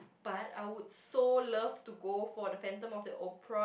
but I would so love to go for the Phantom of the Opera